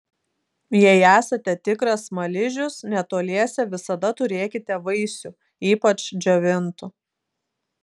jei esate tikras smaližius netoliese visada turėkite vaisių ypač džiovintų